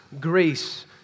grace